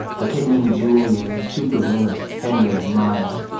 a kid named julian and his two gorillas, henry and miles.